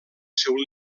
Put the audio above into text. seu